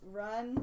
run